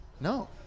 No